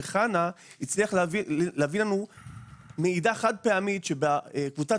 שחנה הצליחה להביא לנו מעידה חד פעמית שבקבוצת